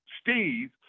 Steve